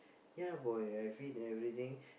ya boy I feed everything